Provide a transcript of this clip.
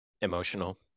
Emotional